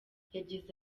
yagize